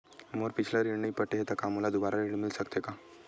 मोर पिछला ऋण नइ पटे हे त का मोला दुबारा ऋण मिल सकथे का?